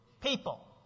people